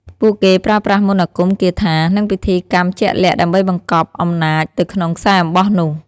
ពួកគេប្រើប្រាស់ មន្តអាគម គាថា និងពិធីកម្មជាក់លាក់ ដើម្បីបង្កប់អំណាចទៅក្នុងខ្សែអំបោះនោះ។